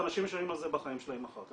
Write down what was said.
ואנשים משלמים על זה בחיים שלהם אחר כך,